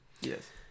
Yes